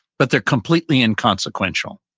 but they're completely inconsequential.